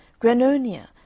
Granonia